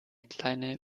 kleine